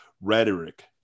rhetoric